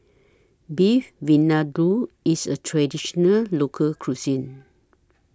Beef Vindaloo IS A Traditional Local Cuisine